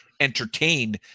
entertain